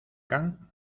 can